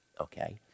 okay